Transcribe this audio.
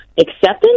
acceptance